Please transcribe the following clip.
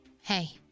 Hey